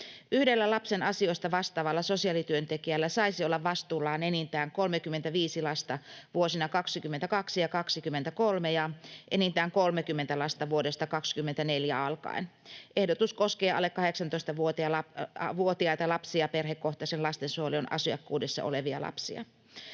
Yhdellä lapsen asioista vastaavalla sosiaalityöntekijällä saisi olla vastuullaan enintään 35 lasta vuosina 22 ja 23 ja enintään 30 lasta vuodesta 24 alkaen. Ehdotus koskee alle 18-vuotiaita perhekohtaisen lastensuojelun asiakkuudessa olevia lapsia.